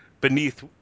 beneath